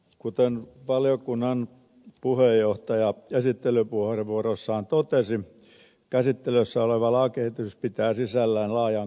kuten valiokunnan puheenjohtaja esittelypuheenvuorossaan totesi käsittelyssä oleva lakiesitys pitää sisällään laajan kokonaisuuden